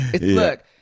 Look